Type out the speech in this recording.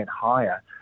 higher